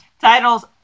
titles